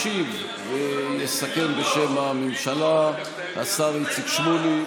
ישיב ויסכם בשם הממשלה השר איציק שמולי.